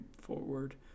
forward